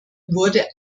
wurde